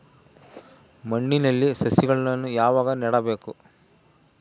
ಮಣ್ಣಿನಲ್ಲಿ ಸಸಿಗಳನ್ನು ಯಾವಾಗ ನೆಡಬೇಕು?